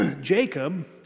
Jacob